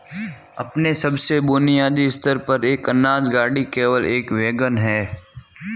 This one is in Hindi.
अपने सबसे बुनियादी स्तर पर, एक अनाज गाड़ी केवल एक वैगन है